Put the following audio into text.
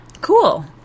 Cool